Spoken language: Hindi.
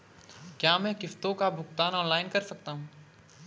क्या मैं किश्तों का भुगतान ऑनलाइन कर सकता हूँ?